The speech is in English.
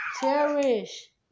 Cherish